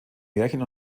märchen